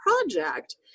project